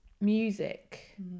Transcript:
music